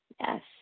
yes